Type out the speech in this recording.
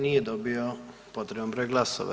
Nije dobio potreban broj glasova.